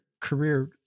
career